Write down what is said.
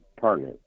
partner